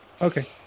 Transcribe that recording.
Okay